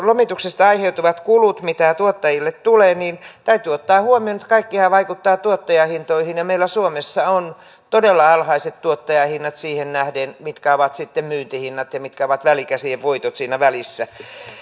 lomituksesta aiheutuvista kuluista mitä tuottajille tulee täytyy ottaa huomioon että kaikkihan vaikuttaa tuottajahintoihin ja meillä suomessa on todella alhaiset tuottajahinnat siihen nähden mitkä ovat myyntihinnat ja mitkä ovat välikäsien voitot siinä välissä